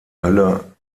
hölle